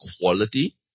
quality